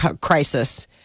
crisis